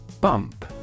Bump